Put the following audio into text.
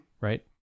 right